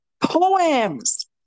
poems